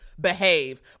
behave